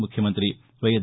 ముఖ్యమంత్రి వైఎస్